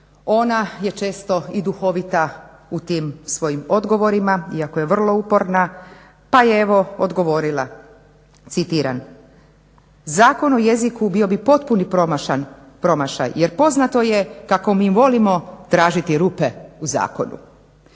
ona je često i duhovita u tim svojim odgovorima iako je vrlo uporna pa je evo odgovorila citiram "Zakon o jeziku bio bi potpuni promašaj jer poznato je kako mi volimo tražiti rupe u zakonu".